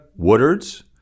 Woodards